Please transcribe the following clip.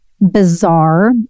bizarre